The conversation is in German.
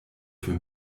für